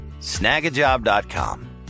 Snagajob.com